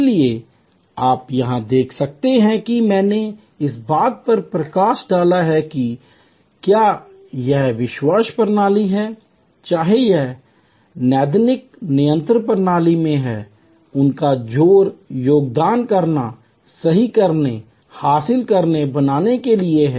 इसलिए आप यहां देख सकते हैं कि मैंने इस बात पर प्रकाश डाला है कि क्या यह विश्वास प्रणाली में है चाहे यह नैदानिक नियंत्रण प्रणाली में है उनका जोर योगदान करने सही करने हासिल करने बनाने के लिए है